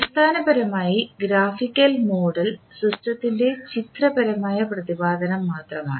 അടിസ്ഥാനപരമായി graphical model സിസ്റ്റത്തിൻറെ ചിത്രപരമായ പ്രതിപാദനം മാത്രമാണ്